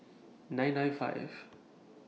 nine nine five